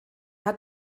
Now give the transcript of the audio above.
hat